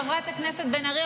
חברת הכנסת בן ארי,